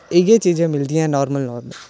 इ'यै चीजां मिलदियां नार्मल नार्मल